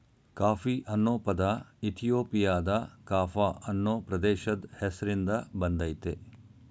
coffee ಅನ್ನೊ ಪದ ಇಥಿಯೋಪಿಯಾದ ಕಾಫ ಅನ್ನೊ ಪ್ರದೇಶದ್ ಹೆಸ್ರಿನ್ದ ಬಂದಯ್ತೆ